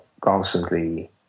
constantly